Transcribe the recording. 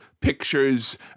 pictures